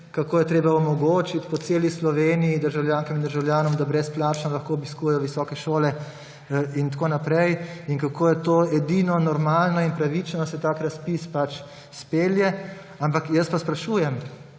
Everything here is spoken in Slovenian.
kako je treba omogočiti po celi Sloveniji državljankam in državljanom, da lahko brezplačno obiskujejo visoke šole in tako naprej in kako je edino normalno in pravično, da se tak razpis pač izpelje. Ampak jaz pa sprašujem,